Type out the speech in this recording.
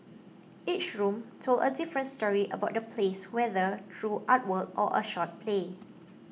each room told a different story about the place whether through artwork or a short play